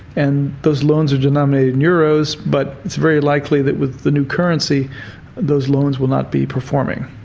and those loans are denominated in euros, but it's very likely that with the new currency those loans will not be performing.